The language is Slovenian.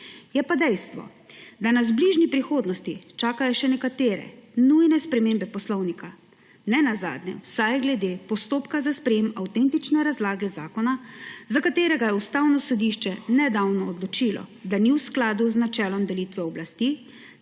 Je pa dejstvo, da nas v bližnji prihodnosti čakajo še nekatere nujne spremembe Poslovnika, nenazadnje vsaj glede postopka za sprejem avtentične razlage zakona, za katerega je Ustavno sodišče nedavno odločilo, da ni v skladu z načelom delitve oblasti